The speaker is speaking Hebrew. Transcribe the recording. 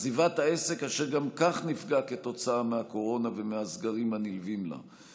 עזיבת העסק אשר גם כך נפגע כתוצאה מהקורונה ומהסגרים הנלווים לה,